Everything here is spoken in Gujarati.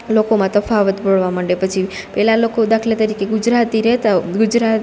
લોકોમાં તફાવત ગોળવા મંડે પછી પેલા લોકો દાખલા તરીકે ગુજરાતી રેતા હોય ગુજરાત